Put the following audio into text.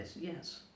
yes